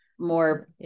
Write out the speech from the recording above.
more